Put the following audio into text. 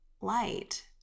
light